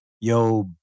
yo